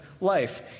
life